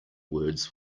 words